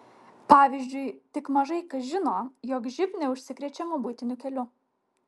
pavyzdžiui tik mažai kas žino jog živ neužsikrečiama buitiniu keliu